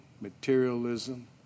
materialism